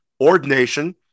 ordination